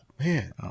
man